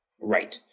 Right